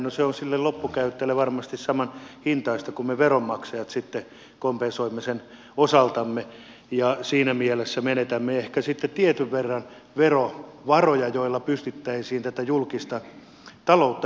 no se on sille loppukäyttäjälle varmasti saman hintaista kun me veronmaksajat sitten kompensoimme sen osaltamme ja siinä mielessä menetämme ehkä sitten tietyn verran verovaroja joilla pystyttäisiin tätä julkista taloutta ylläpitämään